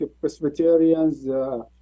Presbyterians